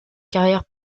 carrière